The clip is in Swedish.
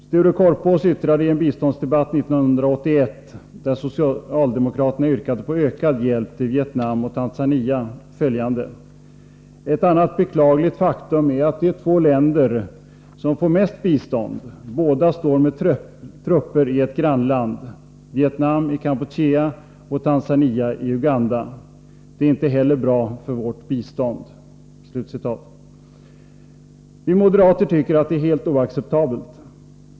Sture Korpås yttrade följande år 1981 i en biståndsdebatt, där socialdemokraterna yrkade på ökad hjälp till Vietnam och Tanzania: ”Ett annat beklagligt faktum är att de två länder, som får mest bistånd, båda står med trupperi ett grannland — Vietnam i Kampuchea, och Tanzania i Uganda. Det är inte heller bra för vårt bistånd.” Vi moderater tycker att det är helt oacceptabelt.